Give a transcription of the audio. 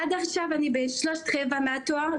עד עכשיו אני ב-3/4 מהתואר,